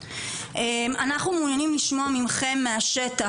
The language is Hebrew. אנחנו מעוניינים לשמוע מכם מהשטח,